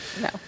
No